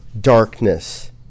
darkness